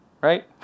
right